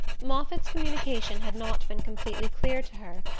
moffatt's communication had not been completely clear to her,